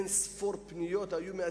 היו אין-ספור פניות אלינו,